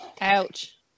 Ouch